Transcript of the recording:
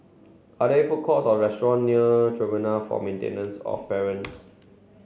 are there food courts or restaurants near Tribunal for Maintenance of Parents